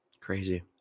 Crazy